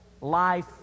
life